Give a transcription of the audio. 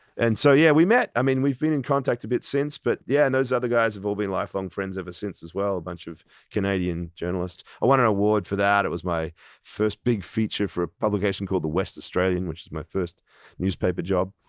and so yeah we met, i mean we've been in contact a bit since, but yeah and those other guys have all been lifelong friends ever since as well. a bunch of canadian journalists. i won an award for that, it was my first big feature for a publication called the western australian, which was my first newspaper job.